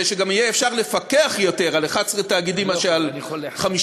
שגם יהיה אפשר יהיה לפקח יותר על 11 תאגידים מאשר על 56,